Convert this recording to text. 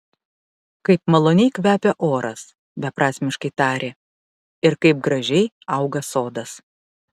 kaip maloniai kvepia oras beprasmiškai tarė ir kaip gražiai auga sodas